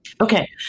Okay